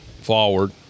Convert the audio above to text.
forward